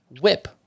whip